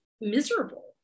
miserable